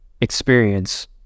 experience